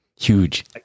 huge